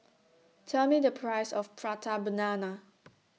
Tell Me The Price of Prata Banana